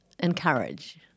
encourage